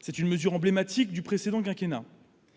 C'est une mesure emblématique du précédent quinquennat.